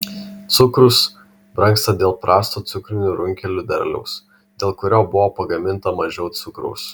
cukrus brangsta dėl prasto cukrinių runkelių derliaus dėl kurio buvo pagaminta mažiau cukraus